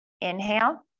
Inhale